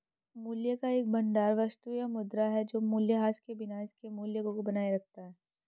मूल्य का एक भंडार वस्तु या मुद्रा है जो मूल्यह्रास के बिना इसके मूल्य को बनाए रखता है